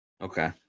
Okay